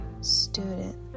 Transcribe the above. student